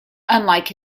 unlike